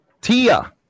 Tia